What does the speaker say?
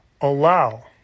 allow